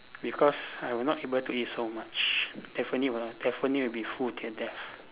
because I will not able to eat so much definitely will definitely will be full till death